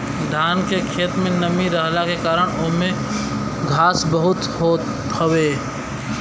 धान के खेत में नमी रहला के कारण ओमे घास बहुते होत हवे